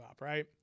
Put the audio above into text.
right